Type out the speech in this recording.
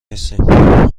نیستیم